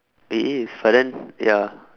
it is but then ya